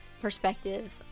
perspective